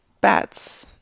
Bats